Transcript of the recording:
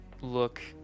look